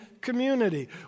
community